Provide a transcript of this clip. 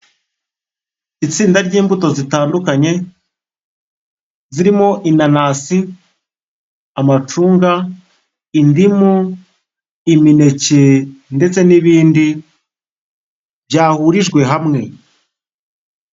Itsinda ry'imbuto zitandukanye zirimo inanasi, amacunga, indimu, imineke ndetse n'ibindi byahurijwe hamwe.